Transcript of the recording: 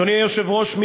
אדוני היושב-ראש,